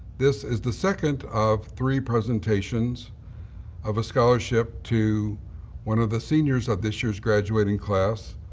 this is the second of three presentations of a scholarship to one of the seniors of this year's graduating class.